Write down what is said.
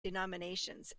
denominations